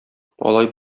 алай